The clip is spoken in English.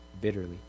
bitterly